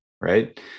right